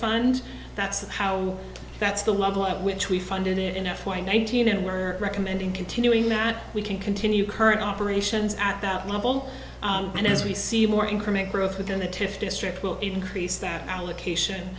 fund that's how that's the level at which we funded it in f y nineteen and we are recommending continuing that we can continue current operations at that level and as we see more incoming growth within the tiff district will increase that allocation